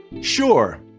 Sure